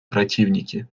противники